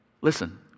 Listen